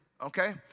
Okay